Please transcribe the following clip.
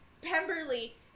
Pemberley